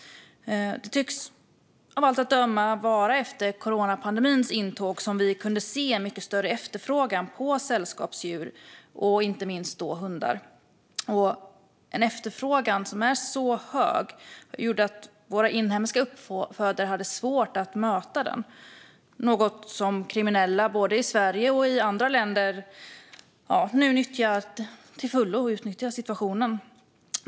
Det tycks av allt att döma ha varit efter coronapandemins intåg som vi kunde se en mycket större efterfrågan på sällskapsdjur, inte minst hundar. Den stora efterfrågan har gjort att våra inhemska uppfödare har haft svårt att möta den - en situation som kriminella i både Sverige och andra länder utnyttjar till fullo.